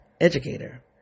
educator